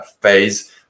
phase